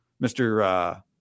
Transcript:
Mr